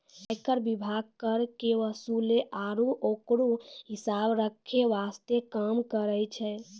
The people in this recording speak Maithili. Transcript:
आयकर विभाग कर के वसूले आरू ओकरो हिसाब रख्खै वास्ते काम करै छै